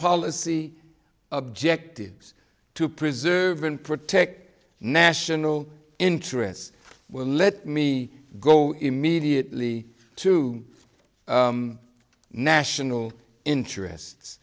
policy objectives to preserve and protect national interests with let me go immediately to national interests